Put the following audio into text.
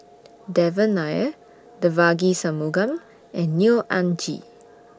Devan Nair Devagi Sanmugam and Neo Anngee